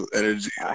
energy